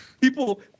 people